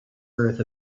earth